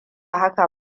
haka